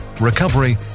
recovery